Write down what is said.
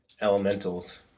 elementals